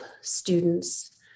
students